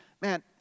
Man